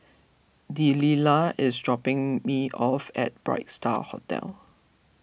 Delila is dropping me off at Bright Star Hotel